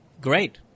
Great